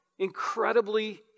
Incredibly